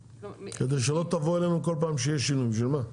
כדי שלא תבואו אלינו כל פעם שיש שינוי, בשביל מה?